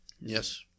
Yes